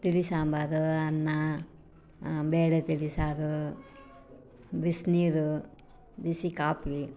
ತಿಳಿ ಸಾಂಬಾರು ಅನ್ನ ಬೇಳೆ ತಿಳಿ ಸಾರು ಬಿಸಿನೀರು ಬಿಸಿ ಕಾಪಿ